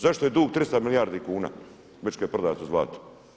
Zašto je dug 300 milijardi kuna već kada je prodato zlato?